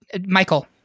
Michael